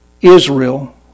Israel